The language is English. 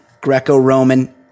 Greco-Roman